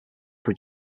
are